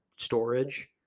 Storage